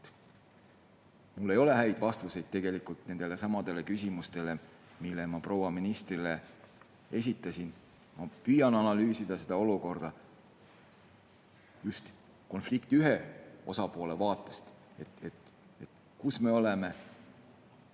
ei ole häid vastuseid nendelesamadele küsimustele, mille ma proua ministrile esitasin. Ma püüan analüüsida olukorda just konflikti ühe osapoole vaatest – [seda,] kus me oleme